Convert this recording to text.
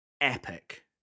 epic